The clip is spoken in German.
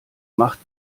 macht